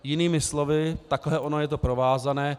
Jinými slovy, takhle je to provázané.